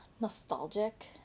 nostalgic